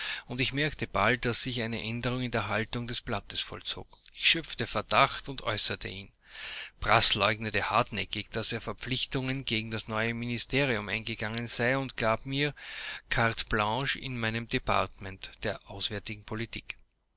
und ich merkte bald daß sich eine änderung in der haltung des blattes vollzog ich schöpfte verdacht und äußerte ihn braß leugnete hartnäckig daß er verpflichtungen gegen das neue ministerium eingegangen sei und gab mir carte blanche in meinem departement der auswärtigen politik